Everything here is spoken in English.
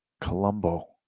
Colombo